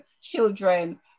children